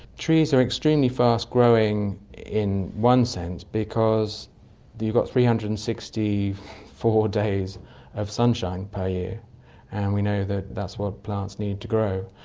trees are extremely fast growing in one sense because you've got three hundred and sixty four days of sunshine sunshine per year and we know that that's what plants need to grow,